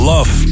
Love